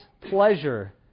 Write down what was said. pleasure